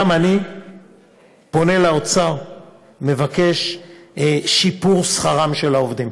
גם אני פונה לאוצר ומבקש את שיפור שכרם של העובדים,